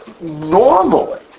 normally